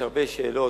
יש הרבה שאלות,